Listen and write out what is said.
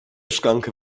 szklankę